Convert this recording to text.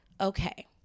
Okay